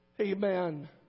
Amen